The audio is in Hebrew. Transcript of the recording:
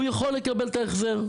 הוא יכול לקבל את ההחזר.